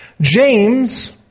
James